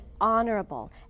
honorable